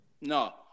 No